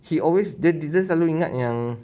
he always dia dia selalu ingat yang